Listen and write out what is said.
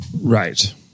Right